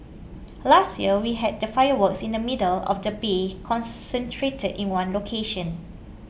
last year we had the fireworks in the middle of the bay concentrated in one location